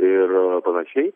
ir panašiai